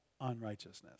unrighteousness